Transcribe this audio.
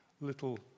little